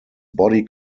body